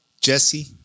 Jesse